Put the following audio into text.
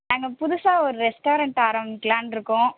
நாங்கள் புதுசாக ஒரு ரெஸ்ட்டாரெண்ட் ஆரமிக்கலான்யிருக்கோம்